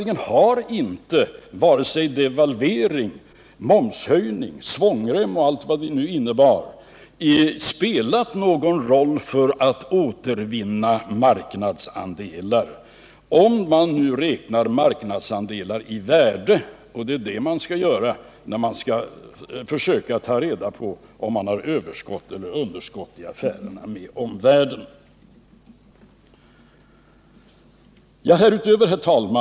Det visar att varken devalvering, momshöjning eller svångrem och allt vad det nu var spelat någon roll för att återvinna marknadsandelar, om man räknar marknadsandelar i värde, och det är det man skall göra när man vill ha reda på om man har överskott eller underskott i affärerna med omvärlden.